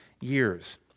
years